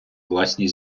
власні